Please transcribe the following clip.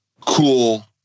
cool